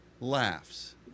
laughs